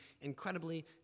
incredibly